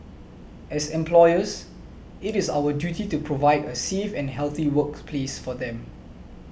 as employers it is our duty to provide a safe and healthy workplace for them